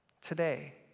today